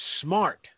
smart